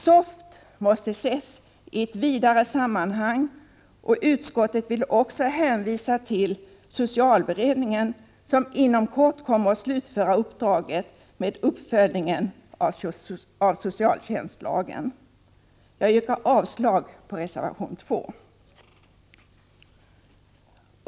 SOFT måste ses i ett vidare sammanhang, och utskottet vill också hänvisa till socialberedningen, som inom kort kommer att slutföra uppdraget med uppföljningen av socialtjänstlagen. Jag yrkar avslag på reservation 2.